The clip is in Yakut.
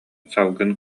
салгын